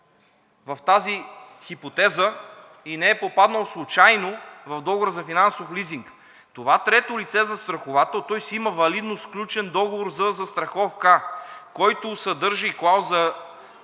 в тази хипотеза и не е попаднал случайно в договора за финансов лизинг. Това трето лице застраховател има валидно сключен договор за застраховка, който съдържа и клауза